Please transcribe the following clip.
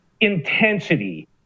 intensity